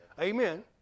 Amen